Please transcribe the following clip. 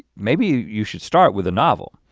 maybe you should start with a novel.